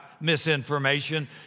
misinformation